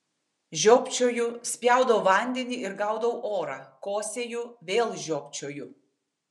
žiopčioju spjaudau vandenį ir gaudau orą kosėju vėl žiopčioju